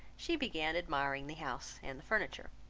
she began admiring the house and the furniture.